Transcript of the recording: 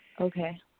Okay